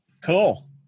Cool